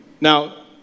Now